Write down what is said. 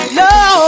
no